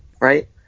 Right